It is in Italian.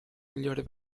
migliore